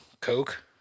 coke